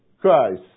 Christ